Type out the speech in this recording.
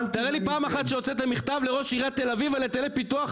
תראה לי פעם אחת שהוצאת מכתב לראש עיריית תל אביב על היטלי פיתוח,